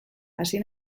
hasi